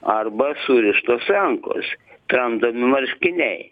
arba surištos rankos tramdomi marškiniai